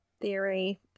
theory